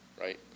right